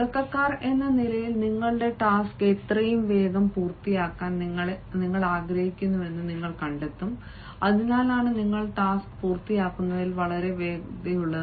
തുടക്കക്കാർ എന്ന നിലയിൽ നിങ്ങളുടെ ടാസ്ക് എത്രയും വേഗം പൂർത്തിയാക്കാൻ നിങ്ങൾ ആഗ്രഹിക്കുന്നുവെന്ന് നിങ്ങൾ കണ്ടെത്തും അതിനാലാണ് നിങ്ങൾ ടാസ്ക് പൂർത്തിയാക്കുന്നതിൽ വളരെ വേഗതയുള്ളത്